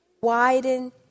Widen